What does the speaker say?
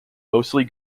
mostly